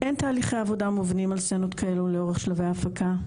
אין תהליכי עבודה מובנים על סצנות כאלה לאורך שלבי ההפקה,